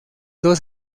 dos